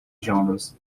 genres